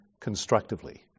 constructively